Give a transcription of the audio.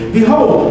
behold